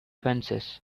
fences